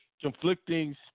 conflicting